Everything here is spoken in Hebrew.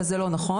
אבל זה לא נכון,